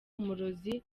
umurozi